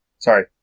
Sorry